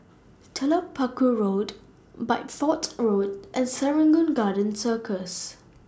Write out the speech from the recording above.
Telok Paku Road Bideford Road and Serangoon Garden Circus